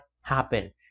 happen